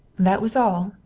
that was all,